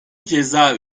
ceza